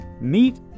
meet